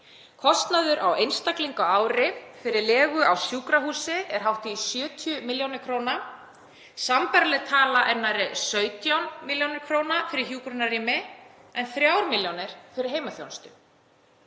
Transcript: Kostnaður á einstakling á ári fyrir legu á sjúkrahúsi er hátt í 70 millj. kr. Sambærileg tala er nærri 17 millj. kr. fyrir hjúkrunarrými en 3 millj. kr. fyrir heimaþjónustu.